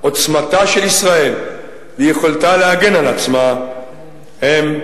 עוצמתה של ישראל ויכולתה להגן על עצמה הן